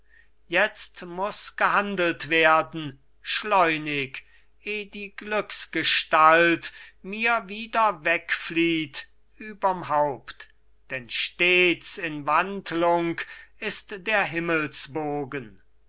jetzt muß gehandelt werden schleunig eh die glücksgestalt mir wieder wegflieht überm haupt denn stets in wandlung ist der himmelsbogen